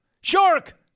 shark